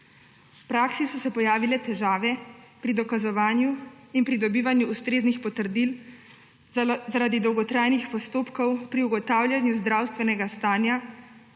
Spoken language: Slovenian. V praksi so se pojavile težave pri dokazovanju in pridobivanju ustreznih potrdil zaradi dolgotrajnih postopkov pri ugotavljanju zdravstvenega stanja